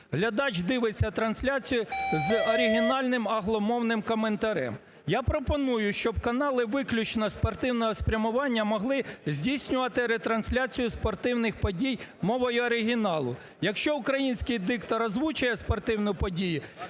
Глядач дивиться трансляцію з оригінальним англомовним коментарем. Я пропоную, щоб канали виключно спортивного спрямування могли здійснювати ретрансляцію спортивних подій мовою оригіналу. Якщо український диктор озвучує спортивну подію,